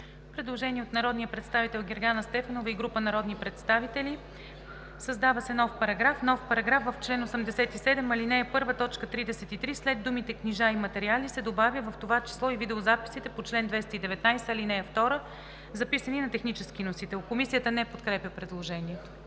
Предложение на народния представител Гергана Стефанова и група народни представители: „Създава се §...:„§... В чл. 87, ал. 1, т. 33 след думите „книжа и материали“ се добавя „в това число и видеозаписите по чл. 219, ал. 2, записани на технически носител“.“ Комисията не подкрепя предложението.